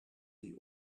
the